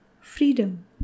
Freedom